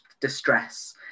Distress